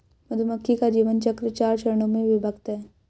मधुमक्खी का जीवन चक्र चार चरणों में विभक्त है